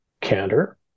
candor